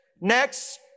next